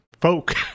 folk